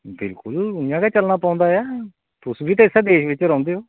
बिलकुल इंया गै चलना पौंदा ऐ तुस बी इस देश बिच रौहंदे ओ